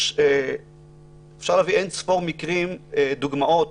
אפשר להביא אין-ספור דוגמאות